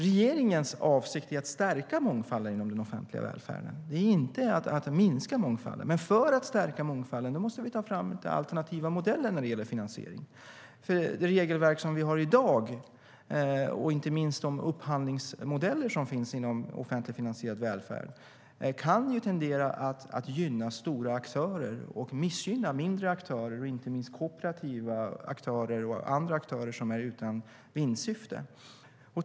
Regeringens avsikt är att stärka mångfalden inom den offentliga välfärden, inte att minska den. För att kunna stärka mångfalden måste vi ta fram alternativa modeller för finansiering. Det regelverk vi har i dag, inte minst de upphandlingsmodeller som finns inom offentligt finansierad välfärd, tenderar att gynna stora aktörer och missgynna mindre. Inte minst gäller det kooperativa och andra aktörer utan vinstsyfte.